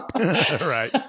Right